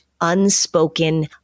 unspoken